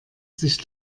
sich